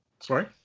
Sorry